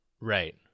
Right